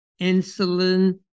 insulin